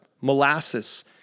molasses